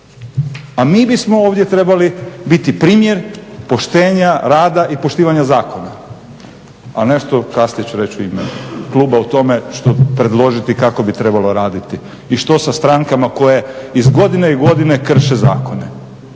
a mi bismo ovdje trebali biti primjer poštenja, rada i poštivanja zakona a nešto kasnije ću reći u ime kluba o tome predložiti kako bi trebalo raditi i što sa strankama koje iz godine u godinu krše zakone.